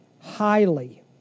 highly